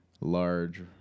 large